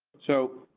so,